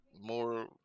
more